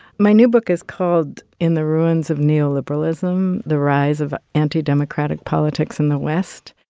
my new book is called in the ruins of neoliberalism the rise of anti-democratic politics in the west.